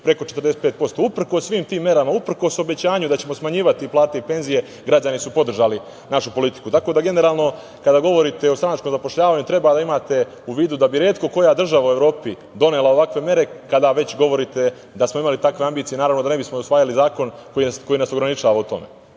preko 45%. Uprkos svim tim merama, uprkos obećanju da ćemo smanjivati plate i penzije, građani su podržali našu politiku. Tako da generalno kada govorite o stranačkom zapošljavanju treba da imate u vidu da bi retko koja država u Evropi donela ovakve mere kada već govorite da smo imali takve ambicije, naravno da ne bismo usvajali zakon koji nas ograničava u tome.